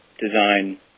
design